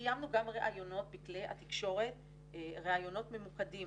קיימנו גם ראיונות בכלי התקשורת, ראיונות ממוקדים